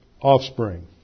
offspring